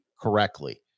correctly